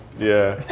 yeah.